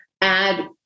add